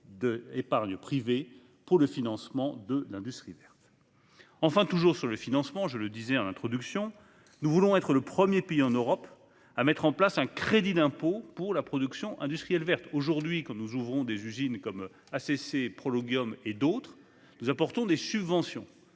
d'épargne privée pour le financement de l'industrie verte. Enfin, toujours sur le financement, nous voulons être- je le disais en introduction -le premier pays en Europe à mettre en place un crédit d'impôt pour la production industrielle verte. On en manquait ... Aujourd'hui, quand nous ouvrons des usines comme ACC, ProLogium ou d'autres, nous apportons des subventions-